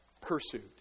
Pursued